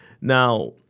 Now